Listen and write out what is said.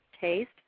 taste